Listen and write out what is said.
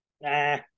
Nah